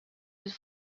his